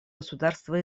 государства